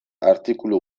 artikulu